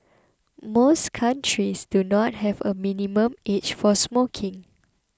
most countries do not have a minimum age for smoking